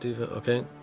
Okay